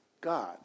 God